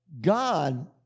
God